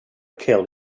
killed